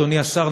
אדוני השר,